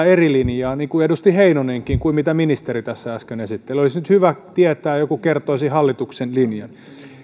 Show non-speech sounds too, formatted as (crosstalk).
(unintelligible) eri linjaa niin kuin edusti heinonenkin kuin mitä ministeri tässä äsken esitteli olisi nyt hyvä tietää joku kertoisi hallituksen linjan